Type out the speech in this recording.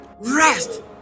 rest